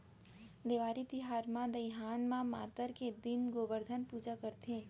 देवारी तिहार म दइहान म मातर के दिन गोबरधन पूजा करथे